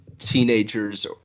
teenagers